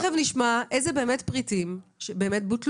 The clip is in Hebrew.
תכף נשמע איזה פריטים בוטלו.